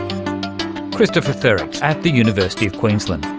kristofer thurecht at the university of queensland.